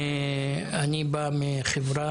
אני בא מחברה